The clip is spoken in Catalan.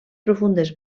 profundes